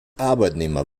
arbeitnehmer